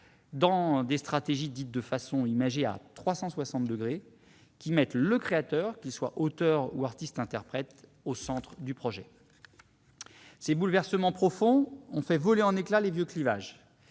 selon des stratégies dites, de façon imagée, « à 360° », qui mettent le créateur, qu'il soit auteur ou artiste-interprète, au centre du projet. Ces bouleversements profonds ont fait voler en éclat les vieux clivages.